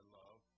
love